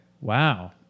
Wow